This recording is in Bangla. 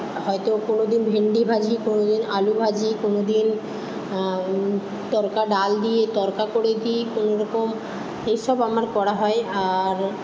হয়তো কোনোদিন ভেন্ডি ভাজি কোনোদিন আলু ভাজি কোনোদিন তরকা ডাল দিয়ে তরকা করে দিই কোনো রকম এই সব আমার করা হয় আর